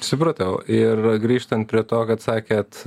supratau ir grįžtant prie to kad sakėt